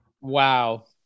Wow